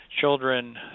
Children